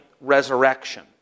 resurrection